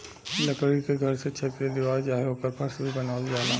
लकड़ी से घर के छत दीवार चाहे ओकर फर्स भी बनावल जाला